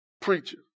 preacher